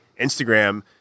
Instagram